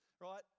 right